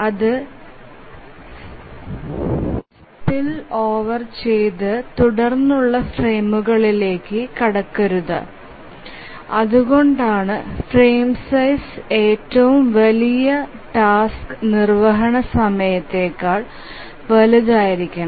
അത് സ്പിൽഓവർ ചെയ്തു തുടർന്നുള്ള ഫ്രെയിമുകളിലേക്ക് കടകരുതു അതുകൊണ്ടാണ് ഫ്രെയിം സൈസ് ഏറ്റവും വലിയ ടാസ്ക് നിർവ്വഹണ സമയത്തേക്കാൾ വലുതായിരിക്കണം